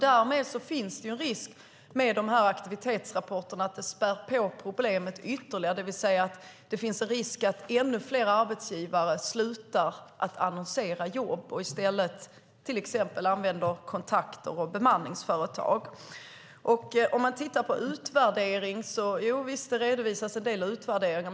Därmed finns det en risk att aktivitetsrapporterna späder på problemet ytterligare, det vill säga att det finns en risk att ännu fler arbetsgivare slutar att annonsera ut jobb och i stället till exempel använder kontakter och bemanningsföretag. Man kan titta på utvärderingar, som det redovisas en del av.